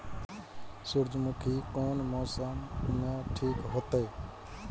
सूर्यमुखी कोन मौसम में ठीक होते?